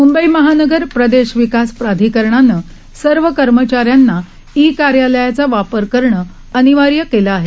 मंबईमहानगर प्रदेश विकास प्राधिकरणानं सर्व कर्मचाऱ्यांना ई कार्यालयाचा वापर करणं अनिवार्य केलं आहे